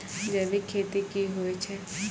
जैविक खेती की होय छै?